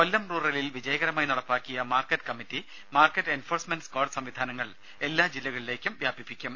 കൊല്ലം റൂറലിൽ വിജയകരമായി നടപ്പിലാക്കിയ market committee market enforcement squad സംവിധാനങ്ങൾ എല്ലാ ജില്ലകളിലേക്കും വ്യാപിപ്പിക്കും